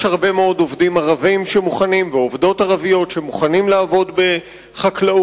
יש הרבה מאוד עובדים ערבים ועובדות ערביות שמוכנים לעבוד בחקלאות.